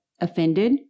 offended